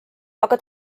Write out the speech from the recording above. aga